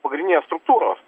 pagrindinės struktūros